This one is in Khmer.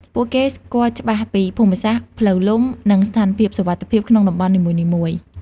ពួកគេស្គាល់ច្បាស់ពី ភូមិសាស្ត្រ ផ្លូវលំ និងស្ថានភាពសុវត្ថិភាព ក្នុងតំបន់នីមួយៗ។